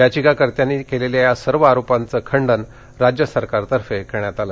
याचिकाकर्त्यांनी केलेल्या या सर्व आरोपांचं खंडन राज्य सरकारतर्फे करण्यात आलं